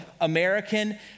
American